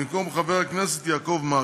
במקום חבר הכנסת יעקב מרגי.